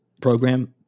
program